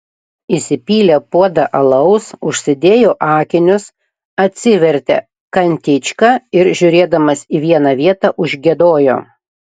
įsipylė puodą alaus užsidėjo akinius atsivertė kantičką ir žiūrėdamas į vieną vietą užgiedojo